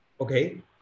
Okay